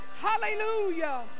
Hallelujah